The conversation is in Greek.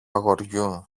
αγοριού